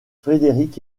frédéric